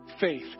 faith